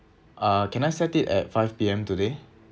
uh can I set it at five P_M today